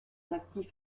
actifs